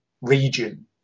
region